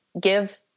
give